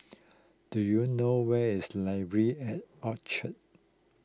do you know where is Library at Orchard